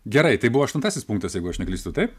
gerai tai buvo aštuntasis punktas jeigu aš neklystu taip